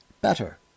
better